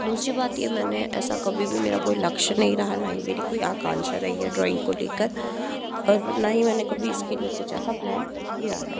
दूसरी बात ये मैंने ऐसा कभी भी मेरा कोई लक्ष्य नहीं रहा है ना ही मेरी कोई आकांक्षा रही है ड्राइंग को लेकर और ना ही मैंने कभी इस के लिए कुछ ऐसा प्लान किया है